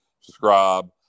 subscribe